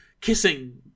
kissing